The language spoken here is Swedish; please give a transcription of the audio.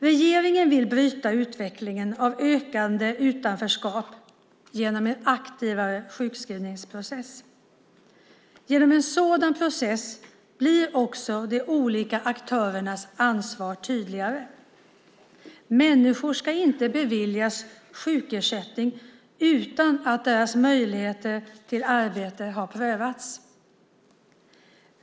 Regeringen vill bryta utvecklingen av ökande utanförskap genom en aktivare sjukskrivningsprocess. Genom en sådan process blir också de olika aktörernas ansvar tydligare. Människor ska inte beviljas sjukersättning utan att deras möjligheter till arbete har prövats.